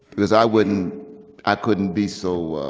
because i wouldn't i couldn't be so